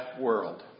world